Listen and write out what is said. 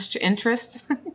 interests